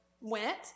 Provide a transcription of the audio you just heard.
went